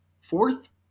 Fourth